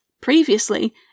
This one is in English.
Previously